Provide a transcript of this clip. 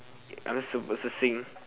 I'm supposed to sing